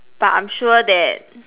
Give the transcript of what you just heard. but I'm sure that